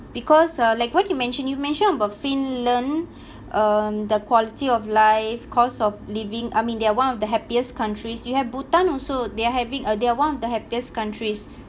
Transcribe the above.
because uh like what you mentioned you mentioned about finland um the quality of life cost of living I mean they're one of the happiest countries you have bhutan also they are having uh they're one of the happiest countries